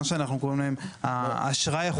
מה שאנחנו קוראים להם האשראי החוץ בנקאי.